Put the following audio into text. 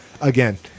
again